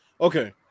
Okay